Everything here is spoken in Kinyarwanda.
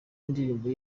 indirimbo